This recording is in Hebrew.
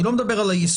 אני לא מדבר על היישום.